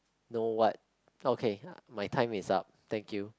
know what okay my time is up thank you